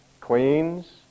queens